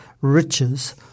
riches